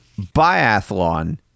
biathlon